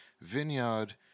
vineyard